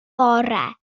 bore